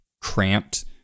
cramped